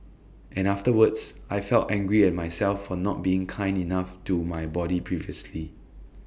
and afterwards I felt angry at myself for not being kind enough to my body previously